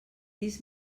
dis